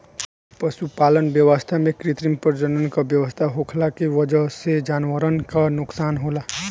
पशुपालन व्यवस्था में कृत्रिम प्रजनन क व्यवस्था होखला के वजह से जानवरन क नोकसान होला